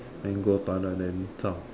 then go toilet then zhao